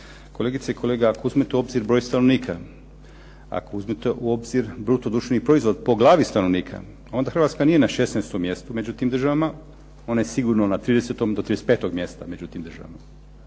Kolegice i kolege, ako uzmete u obzir broj stanovnika, ako uzmete u obzir bruto društveni proizvod po glavi stanovnika, onda Hrvatska nije na 16. mjestu među tim državama, ona je sigurno na 30. do 35. mjesta među tim državama.